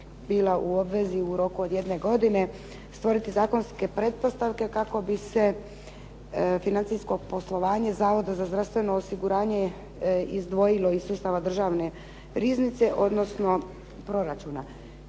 bila u obvezi u roku od jedne godine stvoriti zakonske pretpostavke kako bi se financijsko poslovanje Zavoda za zdravstveno osiguranje izdvojilo iz sustava državne riznice, odnosno proračuna.